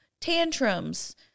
tantrums